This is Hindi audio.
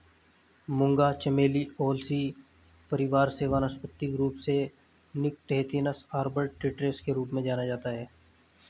मूंगा चमेली ओलेसी परिवार से वानस्पतिक रूप से निक्टेन्थिस आर्बर ट्रिस्टिस के रूप में जाना जाता है